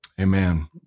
amen